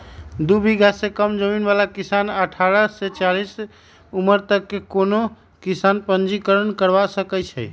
दू बिगहा से कम जमीन बला किसान अठारह से चालीस उमर तक के कोनो किसान पंजीकरण करबा सकै छइ